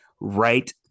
right